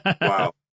Wow